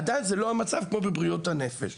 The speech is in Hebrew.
זה עדיין לא מצב כמו שיש בבריאות הנפש.